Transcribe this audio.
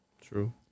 True